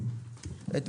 בוקר טוב לכולם,